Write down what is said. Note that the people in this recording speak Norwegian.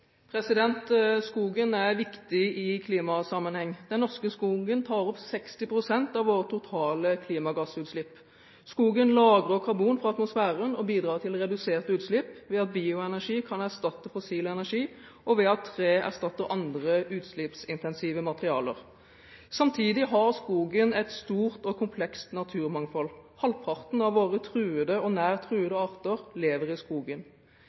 Skogen er viktig i klimasammenheng. Den norske skogen tar opp over 60 pst. av våre totale klimagassutslipp. Skogen lagrer karbon fra atmosfæren og bidrar til å redusere utslipp, ved at bioenergi kan erstatte fossil energi, og ved at tre erstatter andre, utslippsintensive materialer. Samtidig har skogen et stort og komplekst naturmangfold. Halvparten av våre truede og nær truede arter lever i skogen.